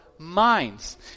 minds